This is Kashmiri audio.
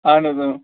اہن حظ اۭں